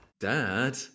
Dad